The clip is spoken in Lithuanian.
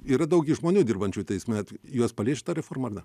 yra daug gi žmonių dirbančių teisme juos palies šita reforma ar ne